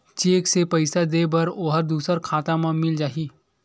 Cheque से पईसा दे बर ओहा दुसर खाता म मिल जाही?